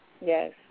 Yes